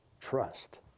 trust